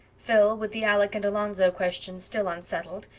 phil, with the alec-and-alonzo question still unsettled,